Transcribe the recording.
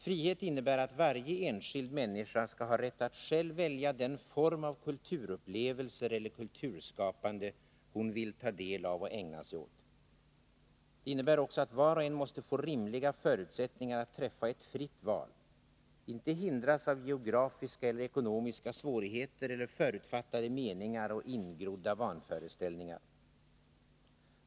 Frihet innebär att varje enskild människa skall ha rätt att själv välja den form av kulturupplevelser eller kulturskapande hon vill ta del av och ägna sig åt. Det innebär också att var och en måste få rimliga förutsättningar att träffa ett fritt val, inte hindras av geografiska eller ekonomiska svårigheter eller förutfattade meningar och ingrodda vanföreställningar.